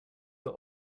your